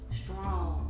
strong